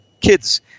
kids